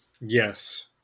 Yes